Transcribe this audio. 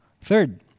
Third